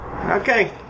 Okay